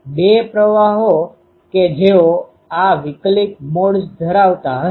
બે પ્રવાહો કે જેઓ આ વિક્લિત મોડ્સ ધરાવતા હશે